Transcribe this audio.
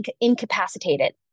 incapacitated